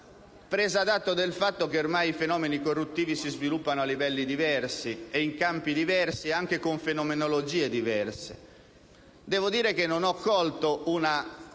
presa d'atto del fatto che ormai i fenomeni corruttivi si sviluppano a livelli diversi, in campi diversi e anche con fenomenologie diverse. Devo dire che non ho colto una